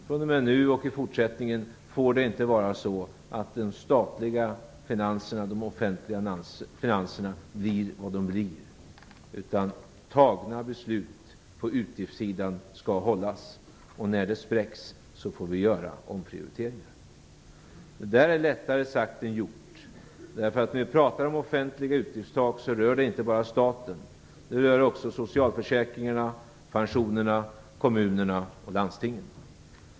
Från och med nu får det inte vara så, att de offentliga finanserna blir vad de blir, utan fattade beslut på utgiftssidan skall hållas. När de spräcks får vi göra omprioriteringar. Men detta är lättare sagt än gjort, därför att offentliga utgiftstak rör inte bara staten. De rör också socialförsäkringarna, pensionerna, kommunerna och landstingen.